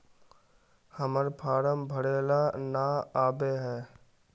हम्मर फारम भरे ला न आबेहय?